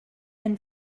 and